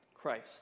Christ